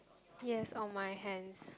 yes on my hands